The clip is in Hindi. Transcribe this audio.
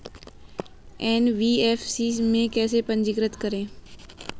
एन.बी.एफ.सी में कैसे पंजीकृत करें?